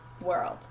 world